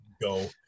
Go